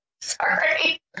Sorry